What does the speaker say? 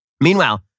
Meanwhile